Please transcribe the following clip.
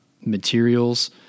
materials